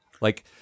Like-